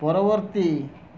ପରବର୍ତ୍ତୀ